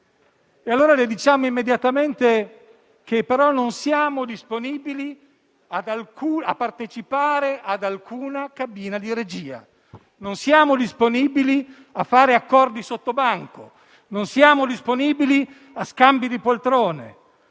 Le diciamo però immediatamente che non siamo disponibili a partecipare ad alcuna cabina di regia; non siamo disponibili a fare accordi sottobanco; non siamo disponibili a scambi di poltrone.